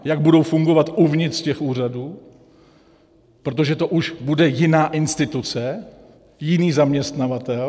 Jak budou fungovat uvnitř těch úřadů, protože to už bude jiná instituce, jiný zaměstnavatel.